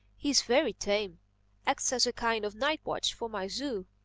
he's very tame acts as a kind of night-watchman for my zoo.